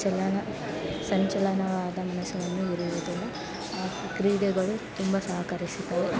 ಚಲನ ಸಂಚಲನವಾದ ಮನಸ್ಸಿನಲ್ಲಿ ಇರುವುದಿಲ್ಲ ಕ್ರೀಡೆಗಳು ತುಂಬ ಸಹಕರಿಸುತ್ತವೆ